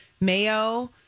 mayo